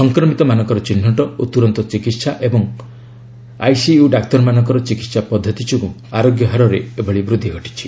ସଂକ୍ରମିତମାନଙ୍କର ଚିହ୍ନଟ ଓ ତୁରନ୍ତ ଚିକିତ୍ସା ଏବଂ ଆଇସିୟୁ ଡାକ୍ତରମାନଙ୍କର ଚିକିତ୍ସା ପଦ୍ଧତି ଯୋଗୁଁ ଆରୋଗ୍ୟ ହାରରେ ଏଭଳି ବୃଦ୍ଧି ଘଟିଛି